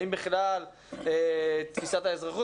מה היא בכלל תפיסת האזרחות?